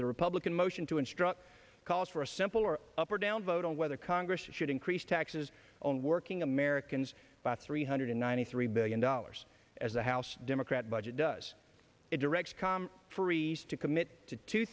the republican motion to instruct calls for a simple or up or down vote on whether congress should increase taxes on working americans by three hundred ninety three billion dollars as the house democrat budget does it directs calm freeze to commit to two